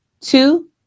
Two